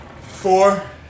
Four